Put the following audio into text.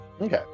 okay